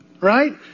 Right